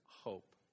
hope